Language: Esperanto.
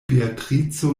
beatrico